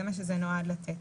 זה מה שזה נועד לתת.